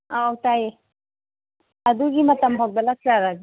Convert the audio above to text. ꯑꯧ ꯇꯥꯏꯑꯦ ꯑꯗꯨꯒꯤ ꯃꯇꯝ ꯐꯥꯎꯗ ꯂꯥꯛꯆꯔꯒꯦ